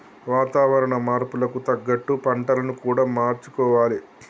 వాతావరణ మార్పులకు తగ్గట్టు పంటలను కూడా మార్చుకోవాలి